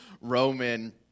Roman